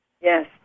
Yes